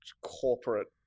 corporate